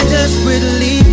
Desperately